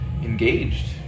Engaged